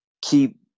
keep